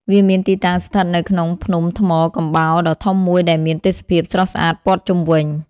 វាមានទីតាំងស្ថិតនៅក្នុងភ្នំថ្មកំបោរដ៏ធំមួយដែលមានទេសភាពស្រស់ស្អាតព័ទ្ធជុំវិញ។